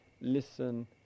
listen